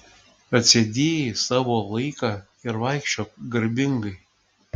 atsėdėjai savo laiką ir vaikščiok garbingai